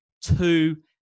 two